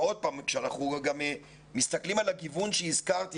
ועוד פעם גם כשאנחנו מסתכלים על הגיוון שהזכרתי,